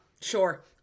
Sure